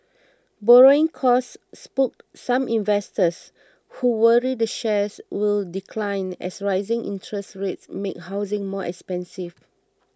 borrowing costs spooked some investors who worry the shares will decline as rising interest rates make housing more expensive